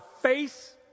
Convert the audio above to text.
face